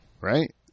Right